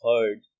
heard